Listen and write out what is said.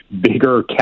bigger